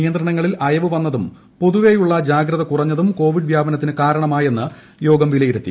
നിയന്ത്രണങ്ങളിൽ അയവ് വന്നതും പൊതുവെ യുള്ള ജാഗ്രത കുറഞ്ഞതും കോവിഡ് വ്യാപനത്തിന് കാരണമാ ണെന്ന് യോഗം വിലയിരുത്തി